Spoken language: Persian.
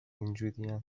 اینجورین